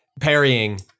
Parrying